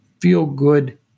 feel-good